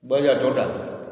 ॿ हज़ार चोॾहां